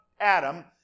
Adam